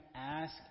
ask